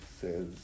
says